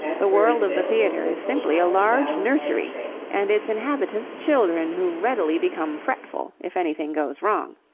the world of the theatre is simply a large nursery and its inhabitants children who readily become fretful if anything goes wrong.